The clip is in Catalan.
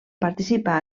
participar